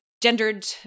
gendered